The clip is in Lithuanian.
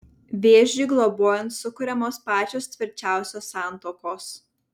vėžiui globojant sukuriamos pačios tvirčiausios santuokos